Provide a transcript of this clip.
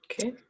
Okay